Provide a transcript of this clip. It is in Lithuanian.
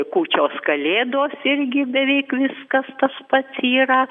kūčios kalėdos irgi beveik viskas tas pats yra